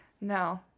no